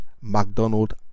McDonald